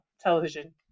television